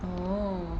oh